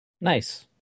Nice